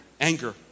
anger